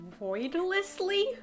Voidlessly